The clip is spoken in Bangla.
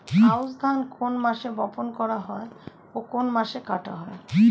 আউস ধান কোন মাসে বপন করা হয় ও কোন মাসে কাটা হয়?